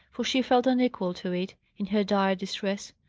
for she felt unequal to it, in her dire distress.